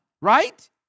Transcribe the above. right